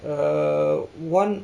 uh one